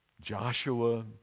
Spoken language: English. Joshua